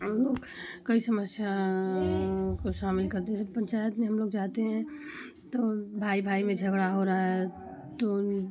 कई समस्या को शामिल कर दिया जैसे पंचायत में हम लोग जाते हैं तो भाई भाई में झगड़ा हो रहा है तो